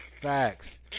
Facts